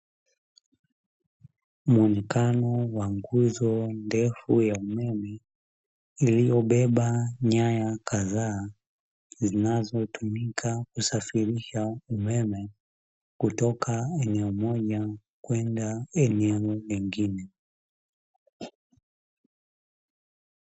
Mwonekano wa nguzo ndefu ya umeme, iliyobeba nyaya kadhaa zinazotumika kusafirisha umeme kutoka eneo moja kwenda eneo lingine.